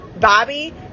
bobby